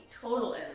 total